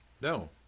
No